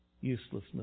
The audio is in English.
uselessness